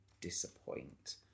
disappoint